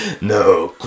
No